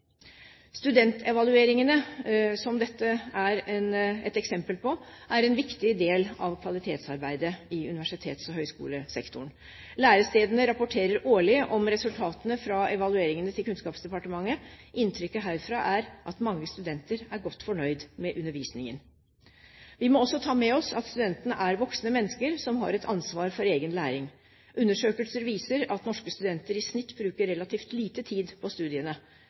Studentevalueringene, som dette er et eksempel på, er en viktig del av kvalitetsarbeidet i universitets- og høyskolesektoren. Lærestedene rapporterer årlig om resultatene fra evalueringene til Kunnskapsdepartementet. Inntrykket herfra er at mange studenter er godt fornøyd med undervisningen. Vi må også ta med oss at studentene er voksne mennesker som har et ansvar for egen læring. Undersøkelser viser at norske studenter i snitt bruker relativt lite tid på studiene.